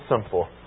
simple